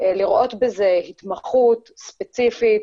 לראות בזה התמחות ספציפית.